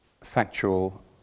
factual